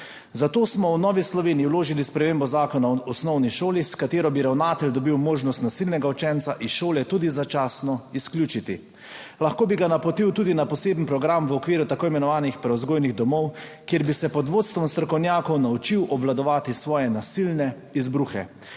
Zato smo v Novi Sloveniji vložili spremembo Zakona o osnovni šoli, s katero bi ravnatelj dobil možnost nasilnega učenca iz šole tudi začasno izključiti. Lahko bi ga napotil tudi na poseben program v okviru tako imenovanih prevzgojnih domov, kjer bi se pod vodstvom strokovnjakov naučil obvladovati svoje nasilne izbruhe.